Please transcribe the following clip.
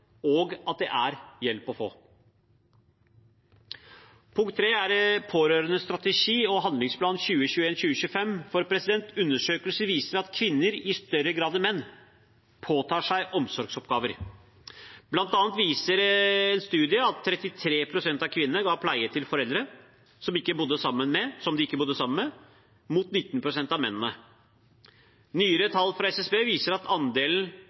og at det er hjelp å få. Punkt 3 er pårørendestrategi og handlingsplan 2021–2025. Undersøkelser viser at kvinner i større grad enn menn påtar seg omsorgsoppgaver. Blant annet viser en studie at 33 pst. av kvinnene ga pleie til foreldre som de ikke bodde sammen med, mot 19 pst. av mennene. Nyere tall fra SSB viser at andelen